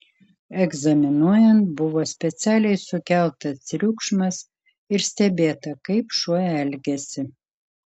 egzaminuojant buvo specialiai sukeltas triukšmas ir stebėta kaip šuo elgiasi